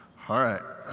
all right.